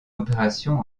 opérations